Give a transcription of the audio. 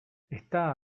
está